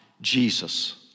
Jesus